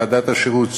ועדת השירות,